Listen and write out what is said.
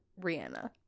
Rihanna